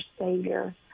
Savior